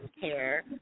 care